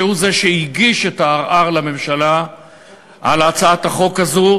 שהוא זה שהגיש את הערר לממשלה על הצעת החוק הזו,